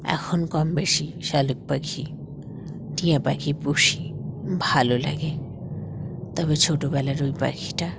এখন কম বেশি শালিক পাখি টিয়া পাখি পুষি ভালো লাগে তবে ছোটবেলার ওই পাখিটা